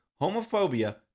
homophobia